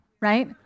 right